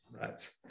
Right